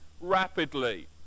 rapidly